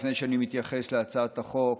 לפני שאני מתייחס להצעת החוק,